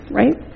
right